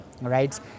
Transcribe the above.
Right